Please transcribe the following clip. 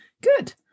good